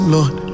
Lord